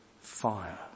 fire